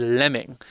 lemming